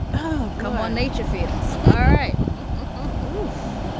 ah come on. nature feels all right woof,